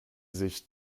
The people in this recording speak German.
sich